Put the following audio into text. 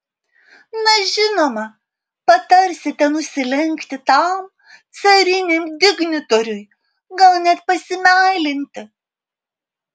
na žinoma patarsite nusilenkti tam cariniam dignitoriui gal net pasimeilinti